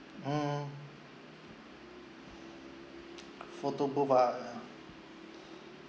mm photo booth ah